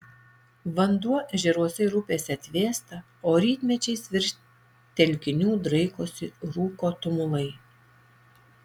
vanduo ežeruose ir upėse atvėsta o rytmečiais virš telkinių draikosi rūko tumulai